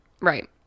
Right